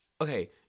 okay